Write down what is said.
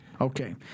Okay